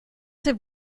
have